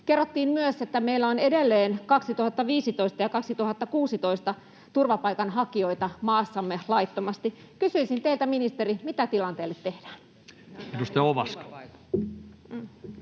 Kerrottiin myös, että meillä on edelleen vuosien 2015 ja 2016 turvapaikanhakijoita maassamme laittomasti. Kysyisin teiltä, ministeri: mitä tilanteelle tehdään?